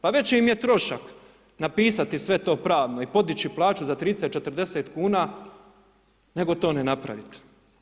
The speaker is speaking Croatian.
Pa veći im je trošak napisati sve to pravno i podići plaću za 30, 40 kn nego to ne napraviti.